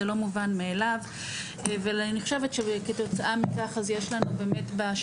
זה לא מובן מאליו ואני חושבת שכתוצאה מכך אז יש לנו באמת,